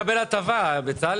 אבל לפעמים הדייר מקבל הטבה, בצלאל.